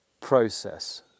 process